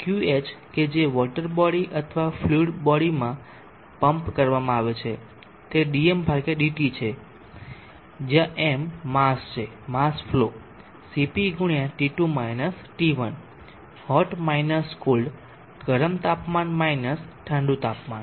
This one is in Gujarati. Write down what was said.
Qh કે જે વોટર બોડી અથવા ફ્લુઈડ બોડી માં પંપ કરવામાં આવે છે તે dmdt વડે દર્શાવાય છે જ્યાં m માસ છે mass flow cp× hot minus cold ગરમ તાપમાન માઈનસ ઠંડુ તાપમાન